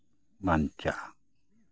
ᱵᱟᱧᱪᱟᱜᱼᱟ